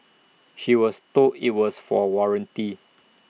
she was told IT was for warranty